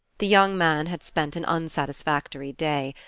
the young man had spent an unsatisfactory day.